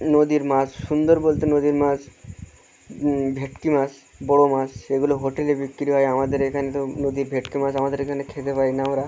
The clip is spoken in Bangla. নদীর মাছ সুন্দর বলতে নদীর মাছ ভেটকি মাছ বড়ো মাছ সেগুলো হোটেলে বিক্রি হয় আমাদের এখানে তো নদীর ভেটকি মাছ আমাদের এখানে খেতে পাই না আমরা